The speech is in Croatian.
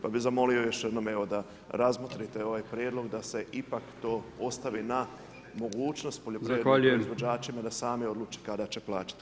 Pa bi zamolio još jednom evo da razmotrite ovaj prijedlog da se ipak to ostavi na mogućnost poljoprivrednim proizvođačima da sami odluče kada će plaćati.